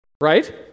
Right